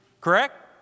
Correct